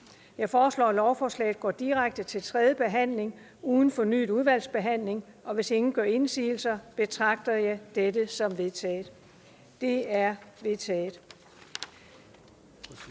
Jeg foreslår, at lovforslaget går direkte til tredje behandling uden fornyet udvalgsbehandling. Hvis ingen gør indsigelse, betragter jeg dette som vedtaget. Det er vedtaget.